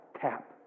tap